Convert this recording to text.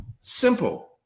Simple